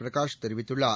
பிரகாஷ் தெரிவித்துள்ளார்